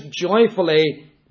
joyfully